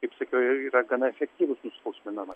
kaip sakiau yra gana efektyvus nuskausminama